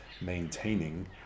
maintaining